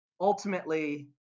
ultimately